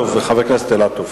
חבר הכנסת אילטוב,